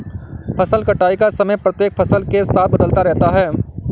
फसल कटाई का समय प्रत्येक फसल के साथ बदलता रहता है